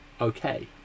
Okay